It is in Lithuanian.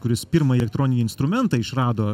kuris pirmąjį elektroninį instrumentą išrado